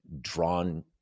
drawn